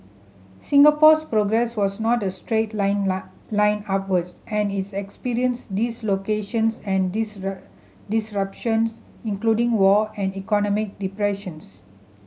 Singapore's progress was not a straight line line upwards and it experienced dislocations and disruptions including war and economic depressions